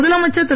முதலமைச்சர் திரு